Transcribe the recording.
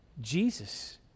Jesus